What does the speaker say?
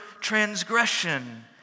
transgression